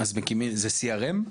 זה CRM?